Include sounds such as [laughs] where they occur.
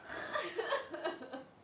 [laughs]